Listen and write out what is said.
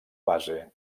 base